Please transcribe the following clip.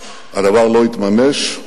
הדבר לא התממש,